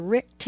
Rick